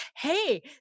hey